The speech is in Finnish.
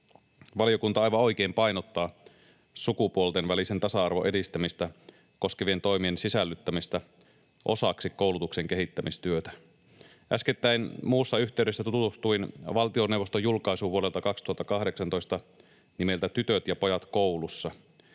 Valiokunta aivan oikein painottaa sukupuolten välisen tasa-arvon edistämistä koskevien toimien sisällyttämistä osaksi koulutuksen kehittämistyötä. Äskettäin muussa yhteydessä tutustuin valtioneuvoston julkaisuun vuodelta 2018 nimeltä Tytöt ja pojat koulussa.